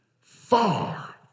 far